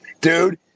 dude